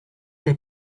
they